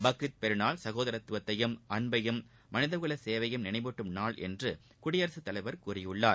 பக்ரித் பெருநாள் சகோதரத்துவத்தையும் அன்பையும் மனிதகுல சேவையையும் நினைவூட்டும் நாள் என்று குடியரசுத் தலைவர் கூறியிருக்கிறார்